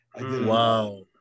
Wow